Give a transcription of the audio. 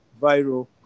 viral